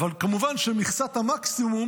אבל כמובן שמכסת המינימום